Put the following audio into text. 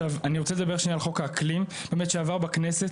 אני רוצה לדבר על חוק האקלים שעבר בכנסת.